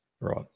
Right